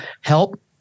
help